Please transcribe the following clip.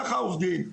ככה עובדים.